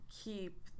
keep